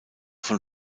von